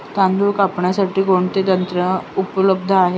तांदूळ कापण्यासाठी कोणते यंत्र उपलब्ध आहे?